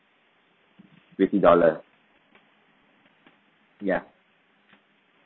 fifty dollar ya